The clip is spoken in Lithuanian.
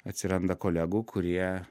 atsiranda kolegų kurie